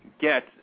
get